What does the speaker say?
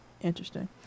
interesting